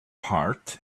part